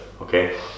Okay